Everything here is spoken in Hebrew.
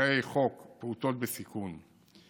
זכאי חוק פעוטות בסיכון.